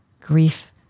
grief